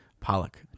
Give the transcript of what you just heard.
Pollock